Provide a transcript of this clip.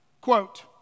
Quote